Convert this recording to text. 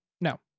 No